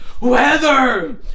Weather